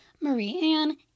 Marie-Anne